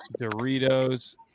Doritos